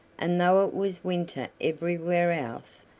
and though it was winter everywhere else,